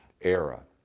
era